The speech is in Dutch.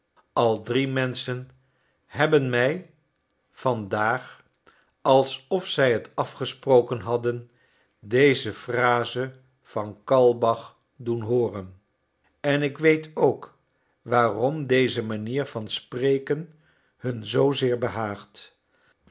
al drie menschen hebben mij van daag alsof zij het afgesproken hadden deze phrase van kaulbach doen hooren en ik weet ook waarom deze manier van spreken hun zoozeer behaagt